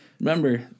Remember